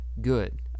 good